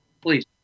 please